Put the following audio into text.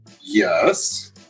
Yes